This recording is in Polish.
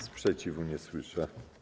Sprzeciwu nie słyszę.